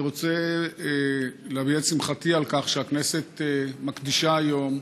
אני רוצה להביע את שמחתי על כך שהכנסת מקדישה היום